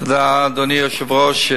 תודה, אדוני היושב-ראש.